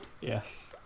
Yes